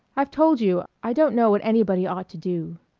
i've told you i don't know what anybody ought to do,